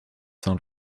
son